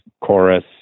chorus